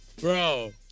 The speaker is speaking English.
Bro